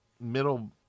middle